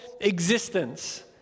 existence